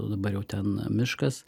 dabar jau ten miškas